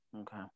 Okay